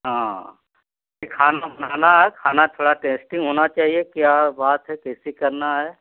हाँ कि खाना बनाना है खाना थोड़ा टेस्टी होना चाहिए क्या बात है कैसे करना है